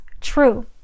true